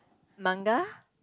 manga